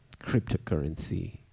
cryptocurrency